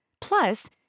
Plus